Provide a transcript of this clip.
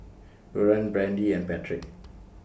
Buren Brandy and Patrick